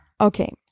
Okay